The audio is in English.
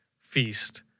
feast